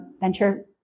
venture